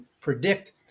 predict